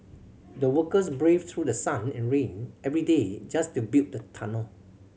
the workers braved through the sun and rain every day just to build the tunnel